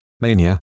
mania